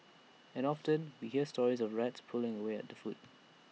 and often we hear stories of rats pulling away at the food